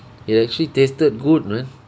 it actually tasted good man